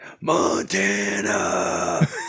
Montana